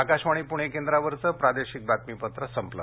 आकाशवाणी पुणे केंद्रावरचं प्रादेशिक बातमीपत्र संपलं